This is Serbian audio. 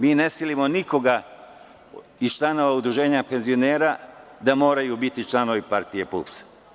Mi ne silimo nikoga od članova udruženja penzionera da moraju biti članovi partije PUPS-a.